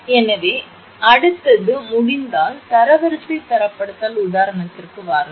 எனவே அடுத்தது முடிந்தால் தரவரிசை தரப்படுத்தல் உதாரணத்திற்கு வாருங்கள்